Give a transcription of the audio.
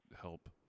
help